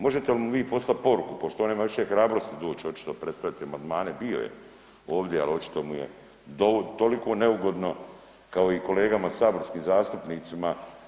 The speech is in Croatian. Možete li mu vi poslat poruku pošto on nema više hrabrosti doć očito pred sve te amandmane, bio je ovdje, al očito mu je toliko neugodno, kao i kolegama saborskim zastupnicima.